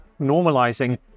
Normalizing